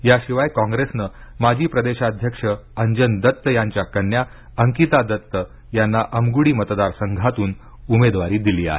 याशिवाय कॉंग्रेसनं माजी प्रदेशाध्यक्ष अंजन दत्त यांच्या कन्या अंकिता दत्त यांना अमगुडी मतदारसंघातून उमेदवारी दिली आहे